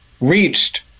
reached